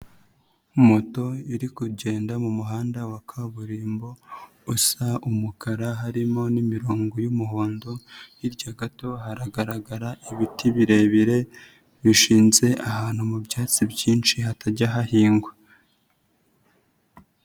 Moto iri kugenda mu muhanda wa kaburimbo, usa umukara harimo n'imirongo y'umuhondo, hirya gato haragaragara ibiti birebire bishinze ahantu mu byatsi byinshi hatajya hahingwa.